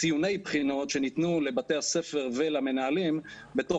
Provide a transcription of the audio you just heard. ציוני בחינות שניתנו לבתי ספר ולמנהלים בתוך